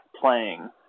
playing